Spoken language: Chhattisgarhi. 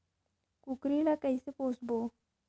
कूकरी ला कइसे पोसबो?